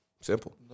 Simple